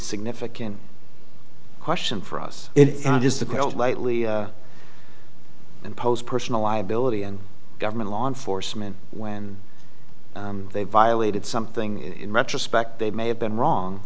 significant question for us it is the cold lightly and post personal liability and government law enforcement when they violated something in retrospect they may have been wrong